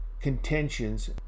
contentions